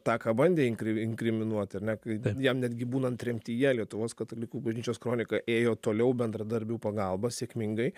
tą ką bandė inkri inkriminuoti ar ne jam netgi būnant tremtyje lietuvos katalikų bažnyčios kronika ėjo toliau bendradarbių pagalba sėkmingai